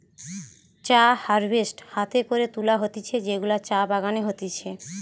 চা হারভেস্ট হাতে করে তুলা হতিছে যেগুলা চা বাগানে হতিছে